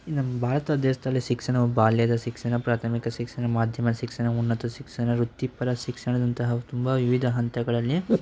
ನಮ್ಮ ಭಾರತ ದೇಶದಲ್ಲಿ ಶಿಕ್ಷಣವು ಬಾಲ್ಯದ ಶಿಕ್ಷಣ ಪ್ರಾಥಮಿಕ ಶಿಕ್ಷಣ ಮಧ್ಯಮ ಶಿಕ್ಷಣ ಉನ್ನತ ಶಿಕ್ಷಣ ವೃತ್ತಿಪರ ಶಿಕ್ಷಣದಂತಹ ತುಂಬ ವಿವಿಧ ಹಂತಗಳಲ್ಲಿ